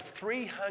300